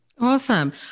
awesome